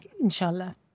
inshallah